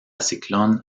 ciclón